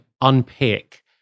unpick